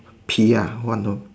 pee ah one no